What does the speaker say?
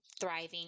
thriving